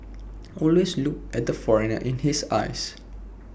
always look at the foreigner in his eyes